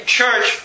church